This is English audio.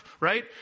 right